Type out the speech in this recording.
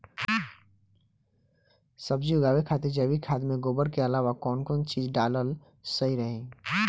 सब्जी उगावे खातिर जैविक खाद मे गोबर के अलाव कौन कौन चीज़ डालल सही रही?